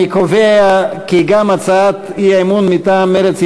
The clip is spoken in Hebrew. אני קובע כי גם הצעת האי-אמון מטעם מרצ,